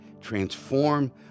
transform